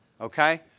Okay